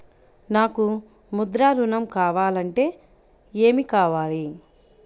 నాకు ముద్ర ఋణం కావాలంటే ఏమి కావాలి?